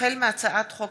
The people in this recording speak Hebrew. החל בהצעת חוק